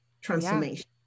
transformation